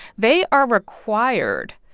they are required,